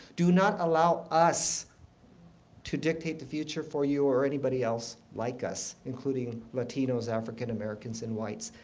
do not allow us to dictate the future for you or anybody else like us, including latinos, african-americans, and whites.